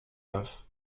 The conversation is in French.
neuf